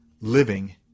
living